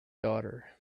daughter